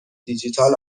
دیجیتال